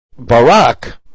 Barak